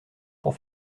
pour